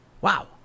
Wow